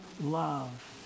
love